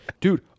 dude